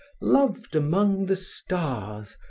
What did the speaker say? loved among the stars,